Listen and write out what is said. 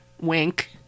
wink